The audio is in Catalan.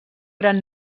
gran